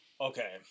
okay